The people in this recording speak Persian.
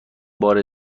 بار